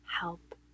help